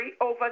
over